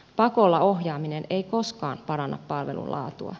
pakolla ohjaaminen ei koskaan paranna palvelun laatua